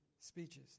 speeches